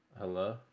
Hello